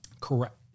Correct